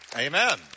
Amen